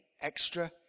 extra